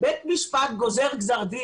בית המשפט גוזר גזר דין,